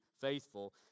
faithful